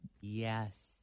Yes